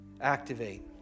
activate